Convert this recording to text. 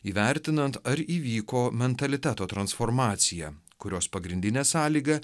įvertinant ar įvyko mentaliteto transformacija kurios pagrindinė sąlyga